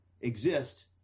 exist